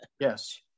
Yes